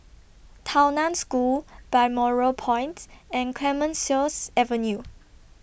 Tao NAN School Balmoral Points and Clemenceau Avenue